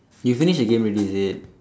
you finish the game already is it